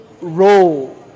role